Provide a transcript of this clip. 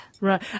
Right